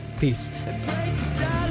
peace